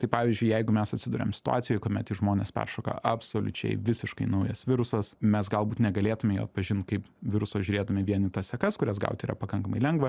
tai pavyzdžiui jeigu mes atsiduriam situacijoj kuomet į žmones peršoka absoliučiai visiškai naujas virusas mes galbūt negalėtume jo atpažint kaip viruso žiūrėtume vien į tas sekas kurias gauti yra pakankamai lengva